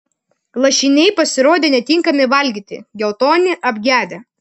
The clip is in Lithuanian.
lašiniai pasirodė netinkami valgyti geltoni apgedę